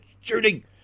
shooting